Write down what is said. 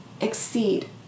exceed